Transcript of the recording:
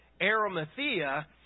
Arimathea